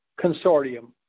consortium